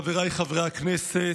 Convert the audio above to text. חבריי חברי הכנסת,